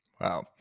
wow